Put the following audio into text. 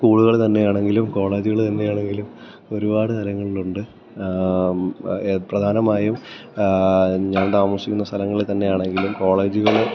സ്കൂളുകളിൽ തന്നെയാണെങ്കിലും കോളേജുകള് തന്നെയാണെങ്കിലും ഒരുപാട് സ്ഥലങ്ങളിലുണ്ട് പ്രധാനമായും ഞാൻ താമസിക്കുന്ന സ്ഥലങ്ങളിൽ തന്നെയാണെങ്കിലും കോളേജുകൾ